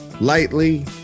lightly